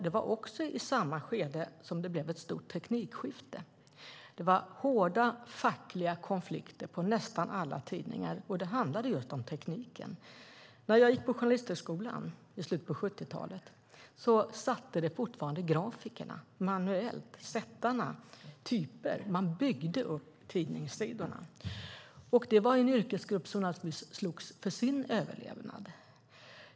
Det var också i samma skede som det blev ett stort teknikskifte. Det var hårda fackliga konflikter på nästan alla tidningar, och de handlade just om tekniken. När jag gick på Journalisthögskolan i slutet på 70-talet satte grafikerna, sättarna, fortfarande typer manuellt - man byggde upp tidningssidorna. Det var en yrkesgrupp som naturligtvis slogs för sin överlevnad.